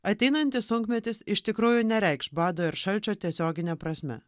ateinanti sunkmetis iš tikrųjų nereikš bado ir šalčio tiesiogine prasme